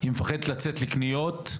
היא מפחדת לצאת לקניות,